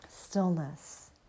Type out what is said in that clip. stillness